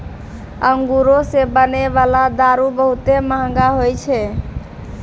अंगूरो से बनै बाला दारू बहुते मंहगा होय छै